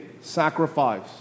sacrifice